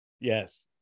Yes